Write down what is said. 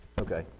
Okay